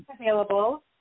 available